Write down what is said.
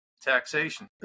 taxation